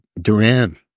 duran